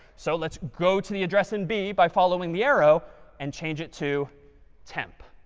so let's go to the address in b by following the arrow and change it to temp.